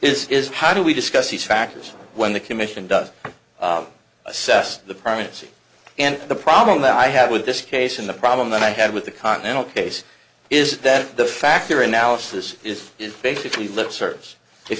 this is how do we discuss these factors when the commission does assess the primacy and the problem that i had with this case and the problem that i had with the continental case is that the factor analysis is basically